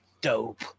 Dope